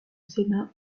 sénat